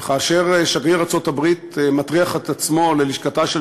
כאשר שגריר ארצות-הברית מטריח את עצמו ללשכתה של